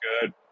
good